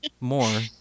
more